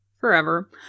forever